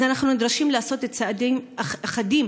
אז אנחנו נדרשים לעשות יותר צעדים כלפיהם,